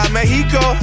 Mexico